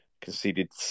conceded